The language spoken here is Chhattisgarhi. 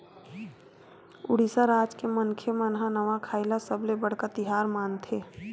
उड़ीसा राज के मनखे मन ह नवाखाई ल सबले बड़का तिहार मानथे